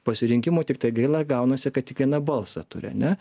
pasirinkimų tiktai gaila gaunasi kad tik vieną balsą turi ane